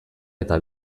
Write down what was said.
eta